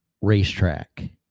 racetrack